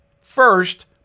First